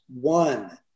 one